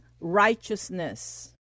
righteousness